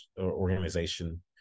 organization